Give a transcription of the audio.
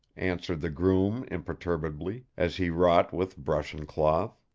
answered the groom imperturbably, as he wrought with brush and cloth.